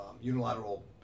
unilateral